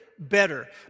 better